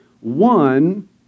One